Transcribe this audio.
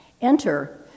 Enter